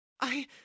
I